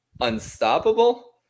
unstoppable